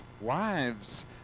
wives